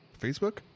Facebook